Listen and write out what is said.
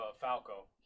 Falco